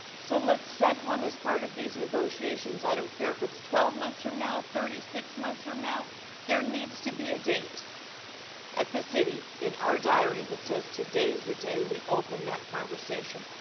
so let's set one as part of these negotiations, i don't care if it's twelve months from now, thirty six months from now there needs to be a date at the city in our diary that says today's the day we open that conversation.